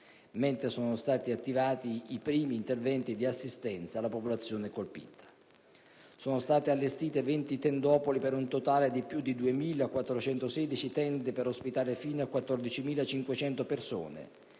mentre sono stati attivati i primi interventi di assistenza alla popolazione colpita. Sono state allestite 20 tendopoli per un totale di più di 2.416 tende per ospitare fino a 14.500 persone.